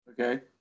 Okay